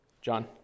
John